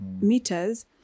meters